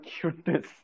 cuteness